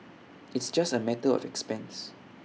it's just A matter of expense